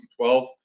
2012